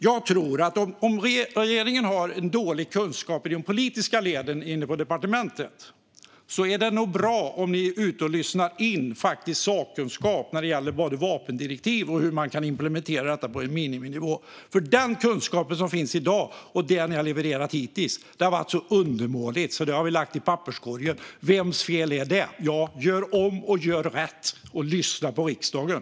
Jag tror att om regeringen har en dålig kunskap i de politiska leden inne på departementet är det nog bra om ni lyssnar in faktisk sakkunskap när det gäller både vapendirektiv och hur man kan implementera detta på miniminivå. För den kunskap som finns i dag är dålig, och det ni har levererat hittills har varit så undermåligt att vi har lagt det i papperskorgen. Vems fel är det? Gör om och gör rätt, och lyssna på riksdagen!